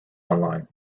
online